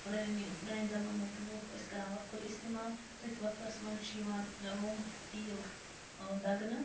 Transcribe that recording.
پرٛٲنہِ پرٛانہِ زَمانٕکۍ لوٗکھ ٲسۍ کَران وۄکھُل اِستعمال تٔتھۍ وۄکھلَس مَنٛز چھِ یِوان ٲں رۄنٛگ تہٕ تیٖل ٲں دَگنہٕ